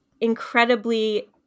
incredibly